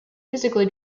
physically